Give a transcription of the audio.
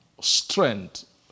strength